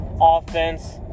offense